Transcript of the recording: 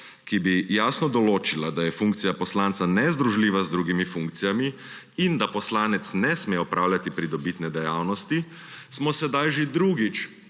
ki bi jasno določila, da je funkcija poslanca nezdružljiva z drugimi funkcijami in da poslanec ne sme opravljati pridobitne dejavnosti, smo sedaj že drugič